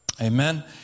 Amen